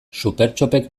supertxopek